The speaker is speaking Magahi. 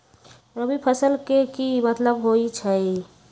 रबी फसल के की मतलब होई छई?